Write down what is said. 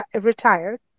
retired